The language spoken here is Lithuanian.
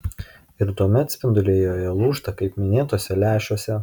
ir tuomet spinduliai joje lūžta kaip minėtuose lęšiuose